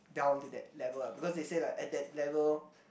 yea I want do that level ah because they say like at that level